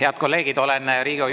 Head kolleegid, olen Riigikogu